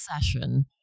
session